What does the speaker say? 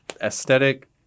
aesthetic